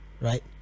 right